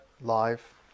live